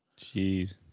Jeez